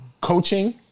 Coaching